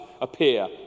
appear